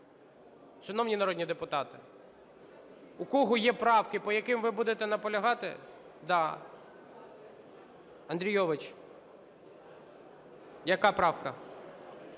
Шановні народні депутати, у кого є правки, по яким ви будете наполягати… Да. Андрійович. Яка правка?